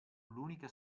l’unica